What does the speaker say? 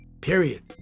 Period